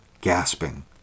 gasping